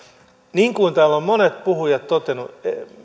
niin kuin täällä ovat monet puhujat todenneet